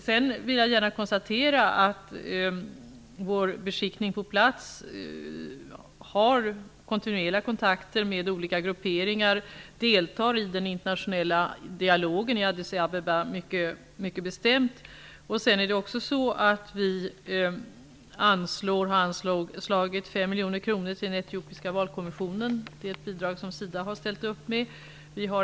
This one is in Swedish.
Jag vill gärna konstatera att vår beskickning på plats har kontinuerliga kontakter med olika grupper och deltar i den internationella dialogen i Vi anslog 5 miljoner kronor till den etiopiska valkommissionen. Det är ett bidrag som SIDA har ställt upp med.